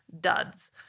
duds